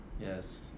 Yes